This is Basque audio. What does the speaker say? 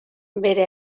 bere